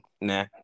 Nah